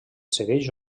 segueix